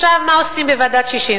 עכשיו, מה עושים בוועדת-ששינסקי?